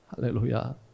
Hallelujah